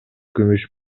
күмүш